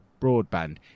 broadband